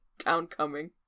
downcoming